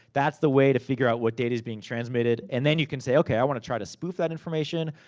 that's the way to figure out what data's being transmitted. and then you can say, okay, i wanna try to spoof that information.